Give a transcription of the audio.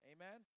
Amen